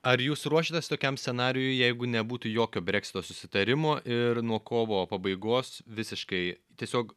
ar jūs ruošiatės tokiam scenarijui jeigu nebūtų jokio breksito susitarimo ir nuo kovo pabaigos visiškai tiesiog